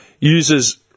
uses